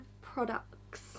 products